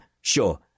sure